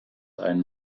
einen